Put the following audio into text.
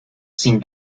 sin